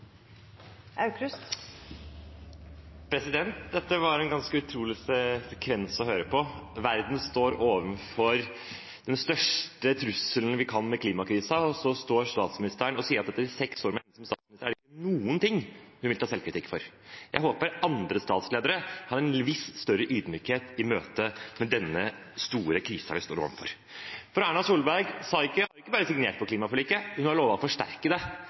Aukrust – til oppfølgingsspørsmål. Dette var en ganske utrolig sekvens å høre på – verden står overfor den største trusselen vi kan ha, med klimakrisen, og så står statsministeren og sier at etter seks år med henne som statsminister er det ikke noen ting hun vil ta selvkritikk for. Jeg håper andre statsledere har litt større ydmykhet i møte med denne store krisen vi står overfor. Erna Solberg har ikke bare signert på klimaforliket, hun har lovet å forsterke det.